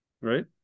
Right